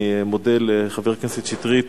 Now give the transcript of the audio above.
אני מודה לחבר הכנסת שטרית